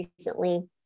recently